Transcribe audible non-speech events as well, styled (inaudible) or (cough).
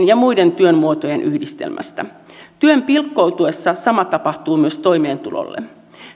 (unintelligible) ja muiden työn muotojen yhdistelmästä työn pilkkoutuessa sama tapahtuu myös toimeentulolle